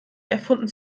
erfunden